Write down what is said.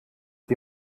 die